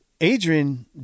Adrian